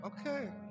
Okay